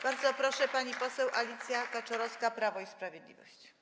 Bardzo proszę, pani poseł Alicja Kaczorowska, Prawo i Sprawiedliwość.